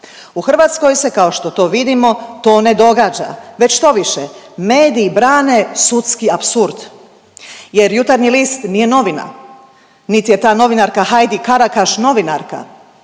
U Hrvatskoj se, kao što to vidimo, to ne događa već štoviše, mediji brane sudski apsurd jer „Jutarnji list“ nije novina, niti je ta novinarka Hajdi Karakaš novinarka,